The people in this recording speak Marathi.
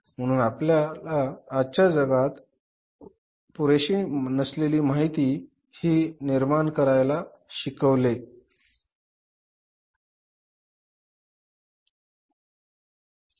म्हणून आपल्याला आजच्या उद्योग जगतात पुरेशी नसलेली माहिती निर्माण करायला शिकायचे आहे